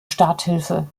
starthilfe